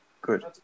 good